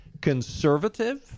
conservative